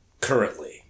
currently